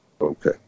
Okay